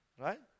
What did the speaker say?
right